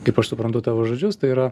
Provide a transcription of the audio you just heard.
kaip aš suprantu tavo žodžius tai yra